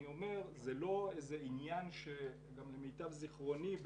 אני אומר שלמיטב זיכרוני,